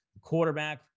quarterback